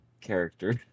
character